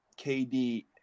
KD